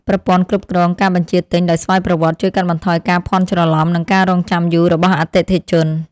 ប្រព័ន្ធគ្រប់គ្រងការបញ្ជាទិញដោយស្វ័យប្រវត្តិជួយកាត់បន្ថយការភ័ន្តច្រឡំ និងការរង់ចាំយូររបស់អតិថិជន។